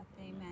Amen